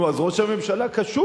נו, אז ראש הממשלה קשוב.